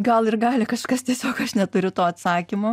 gal ir gali kažkas tiesiog aš neturiu to atsakymo